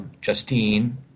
Justine